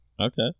Okay